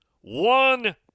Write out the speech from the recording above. One